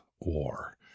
war